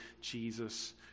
Jesus